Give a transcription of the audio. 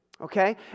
Okay